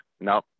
No